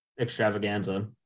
extravaganza